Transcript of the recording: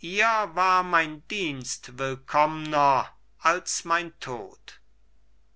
ihr war mein dienst willkommner als mein tod